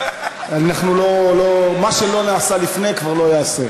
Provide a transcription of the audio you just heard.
אנחנו לא, מה שלא נעשה לפני כבר לא ייעשה.